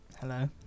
Hello